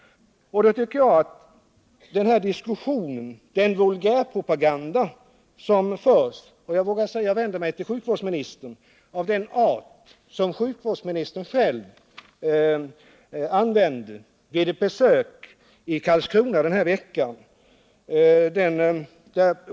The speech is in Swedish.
Jag vill sedan vända mig till sjukvårdsministern med en fråga beträffande den vulgärpropaganda som hon själv använde vid ett besök i Karlskrona denna vecka.